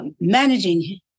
managing